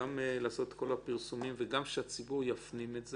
לעשות את הפרסומים וגם שהציבור יפנים את זה.